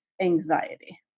anxiety